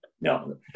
No